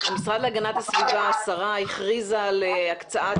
השרה הכריזה על הקצאת